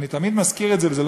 אני תמיד מזכיר את זה,